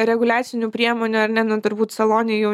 reguliacinių priemonių ar ne na turbūt salone jau